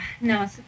No